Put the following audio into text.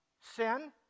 sin